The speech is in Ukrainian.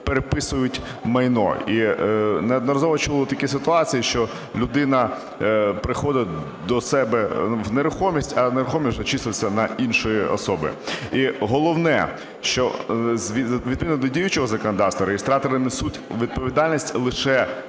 переписують майно. І неодноразово чули такі ситуації, що людина приходить до себе в нерухомість, а нерухомість вже числиться на іншій особі. І головне, що відповідно до діючого законодавства реєстратори несуть відповідальність лише